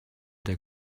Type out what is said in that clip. der